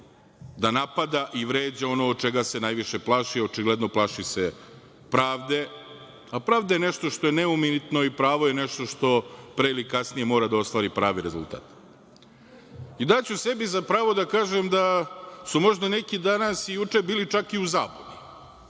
da napada i vređa ono od čega se najviše plaši, a očigledno se plaši pravde. Pravda je nešto što je neumitno i pravo je nešto što pre ili kasnije mora da ostvari pravi rezultat. Daću sebi za pravo da kažem da su možda neki danas i juče bili čak i u zabludi